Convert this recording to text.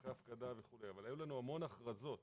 אחרי הפקדה וכולי אבל היו לנו המון הכרזות